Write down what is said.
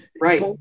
right